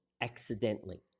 accidentally